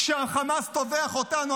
כשהחמאס טובח בנו,